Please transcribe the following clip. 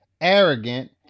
arrogant